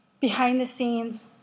behind-the-scenes